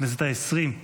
בכנסת ה-20,